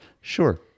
Sure